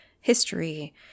history